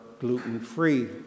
gluten-free